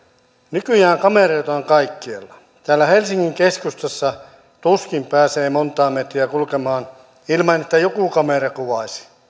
nykyään kameroita on kaikkialla täällä helsingin keskustassa tuskin pääsee montaa metriä kulkemaan ilman että joku kamera kuvaisi